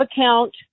account